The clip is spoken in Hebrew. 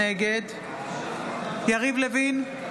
נגד יריב לוין,